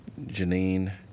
Janine